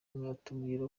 mwatubwira